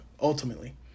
ultimately